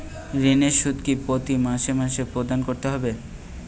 ঋণের সুদ কি প্রতি মাসে মাসে প্রদান করতে হবে?